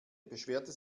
beschwerte